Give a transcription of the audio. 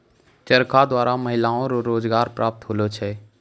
चरखा द्वारा महिलाओ रो रोजगार प्रप्त होलौ छलै